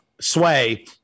sway